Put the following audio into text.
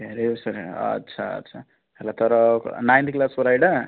carrier ବିଷୟରେ ଓ ଆଛା ଆଛା ହେଲେ ତୋର ନାଇନଥ୍ କ୍ଲାସ ପରା ଏଇଟା